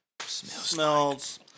Smells